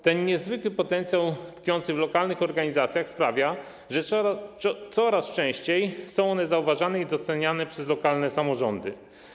Ten niezwykły potencjał tkwiący w lokalnych organizacjach sprawia, że coraz częściej są one zauważane i doceniane przez lokalne samorządy.